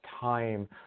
time